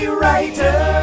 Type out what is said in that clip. writer